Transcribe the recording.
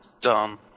done